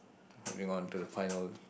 moving on to the final